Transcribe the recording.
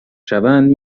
شوند